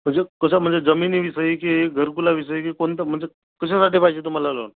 म्हणजे कशा म्हणजे जमिनीविषयी की घरकुलाविषयी की कोणत्या म्हणजे कशासाठी पाहिजे तुम्हाला लोन